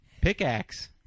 Pickaxe